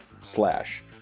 slash